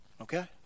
Okay